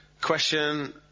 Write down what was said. question